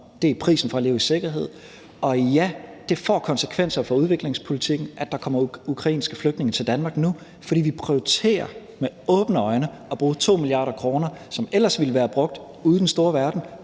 det er prisen for at leve i sikkerhed. Og ja, det får konsekvenser for udviklingspolitikken, at der kommer ukrainske flygtninge til Danmark nu, fordi vi med åbne øjne prioriterer at bruge 2 mia. kr., som ellers ville være brugt ude i den store verden,